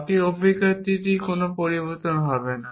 বাকী অভিব্যক্তিটি কোন পরিবর্তন করে না